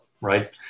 right